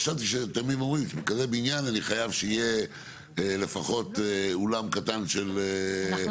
חשבתי שאתם באים ואומרים שבבניין אני חייב שיהיה לפחות אולם קטן פנימי,